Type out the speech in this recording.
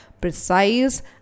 precise